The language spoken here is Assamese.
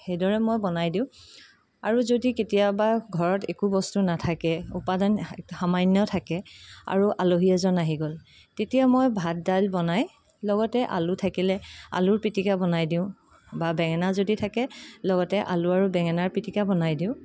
সেইদৰে মই বনাই দিওঁ আৰু যদি কেতিয়াবা ঘৰত একো বস্তু নাথাকে উপাদান সামান্য থাকে আৰু আলহি এজন আহি গ'ল তেতিয়া মই ভাত দাইল বনাই লগতে আলু থাকিলে আলুৰ পিতিকা বনাই দিওঁ বা বেঙেনা যদি থাকে লগতে আলু আৰু বেঙেনাৰ পিতিকা বনাই দিওঁ